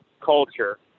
culture